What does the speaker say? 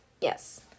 Yes